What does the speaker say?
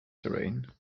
terrain